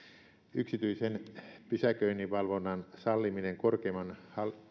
yksityisen pysäköinninvalvonnan salliminen korkeimman